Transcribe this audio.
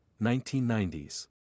1990s